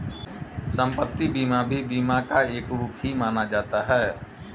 सम्पत्ति बीमा भी बीमा का एक रूप ही माना जाता है